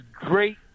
great